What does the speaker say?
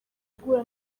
guhura